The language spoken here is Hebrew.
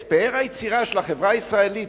את פאר היצירה של החברה הישראלית,